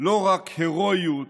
לא רק הירואיות,